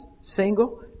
single